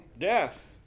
Death